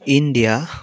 India